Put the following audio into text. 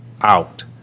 out